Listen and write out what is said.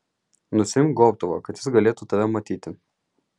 nusiimk gobtuvą kad jis galėtų tave matyti